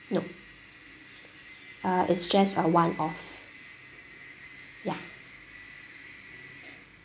nope uh it's just a one-off ya